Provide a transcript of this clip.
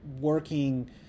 working